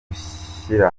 gushyira